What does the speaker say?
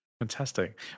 fantastic